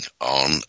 on